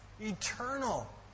eternal